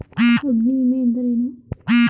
ಅಗ್ನಿವಿಮೆ ಎಂದರೇನು?